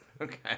Okay